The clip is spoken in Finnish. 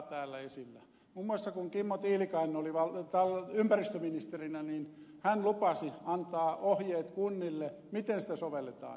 muun muassa kun kimmo tiilikainen oli ympäristöministerinä niin hän lupasi antaa ohjeet kunnille miten sitä sovelletaan